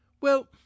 Well